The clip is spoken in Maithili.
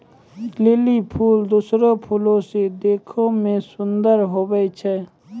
लीली फूल दोसरो फूल से देखै मे सुन्दर हुवै छै